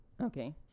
Okay